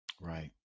Right